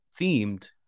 themed